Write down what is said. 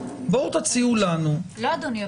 לא, אדוני.